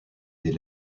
des